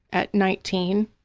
at nineteen.